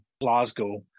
Glasgow